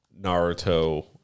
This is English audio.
Naruto